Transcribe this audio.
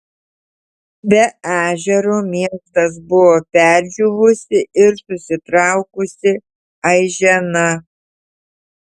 be ežero miestas buvo perdžiūvusi ir susitraukusi aižena